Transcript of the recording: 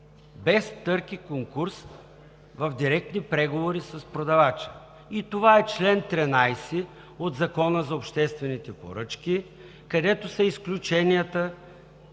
без търг и конкурс в директни преговори с продавача и това е чл. 13 от Закона за обществените поръчки, където са изключенията: